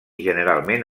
generalment